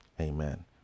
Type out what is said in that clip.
Amen